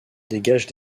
dégage